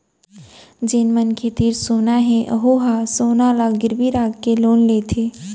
जेन मनखे तीर सोना हे वहूँ ह सोना ल गिरवी राखके लोन लेथे